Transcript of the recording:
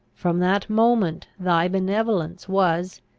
from that moment thy benevolence was,